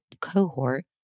cohort